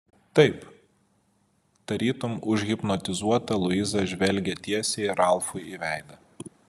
taip tarytum užhipnotizuota luiza žvelgė tiesiai ralfui į veidą